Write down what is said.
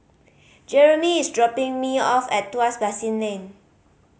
Jeramy is dropping me off at Tuas Basin Lane